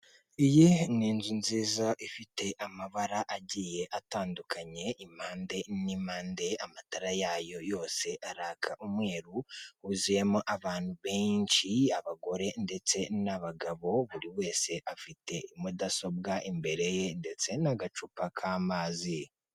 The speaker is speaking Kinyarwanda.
iyi ni inzu nziza ifite amabara agiye atandukanye impande n'impande amatara yayo yose araka umweru wuzuyemo abantu benshi abagore ndetse n'abagabo buri wese afite mudasobwa imbere ye ndetse n'agacupa k'amazi.